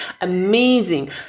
amazing